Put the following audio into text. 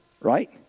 Right